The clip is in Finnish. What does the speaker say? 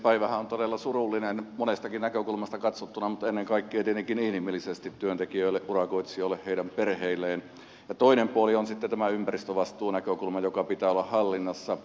päivähän on todella surullinen monestakin näkökulmasta katsottuna mutta ennen kaikkea tietenkin inhimillisesti työntekijöille urakoitsijoille heidän perheilleen ja toinen puoli on sitten tämä ympäristövastuunäkökulma jonka pitää olla hallinnassa